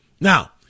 Now